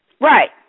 right